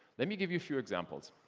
let me give you a few examples.